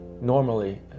normally